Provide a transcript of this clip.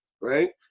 right